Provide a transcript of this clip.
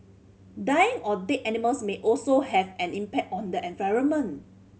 dying or dead animals may also have an impact on the environment